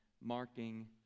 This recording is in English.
marking